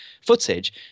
footage